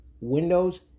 Windows